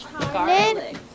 Garlic